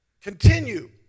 Continue